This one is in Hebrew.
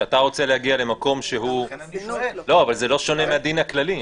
זה לא שונה מהדין הכללי.